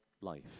life